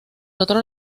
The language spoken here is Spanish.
otro